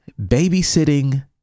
babysitting